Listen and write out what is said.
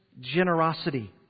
generosity